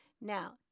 Now